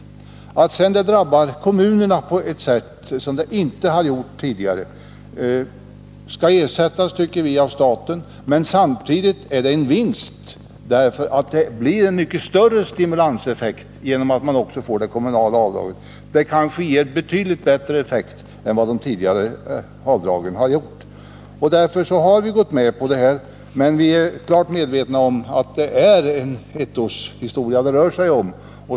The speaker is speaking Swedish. Det förhållandet att dessa avdrag drabbar kommunerna på ett sätt som de inte gjort tidigare innebär, tycker vi, att staten skall ersätta kommunerna. Men samtidigt innebär systemet en vinst, eftersom stimulanseffekten blir större genom att man också får det kommunala avdraget. Det kanske ger betydligt bättre effekt än de tidigare avdragen har gjort. Därför har vi gått med på förslaget, men vi är klart medvetna om att det rör sig om en ettårshistoria.